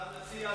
אתה מציע,